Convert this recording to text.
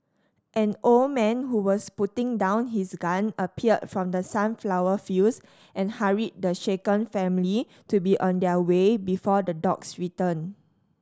an old man who was putting down his gun appeared from the sunflower fields and hurried the shaken family to be on their way before the dogs return